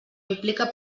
implica